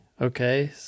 Okay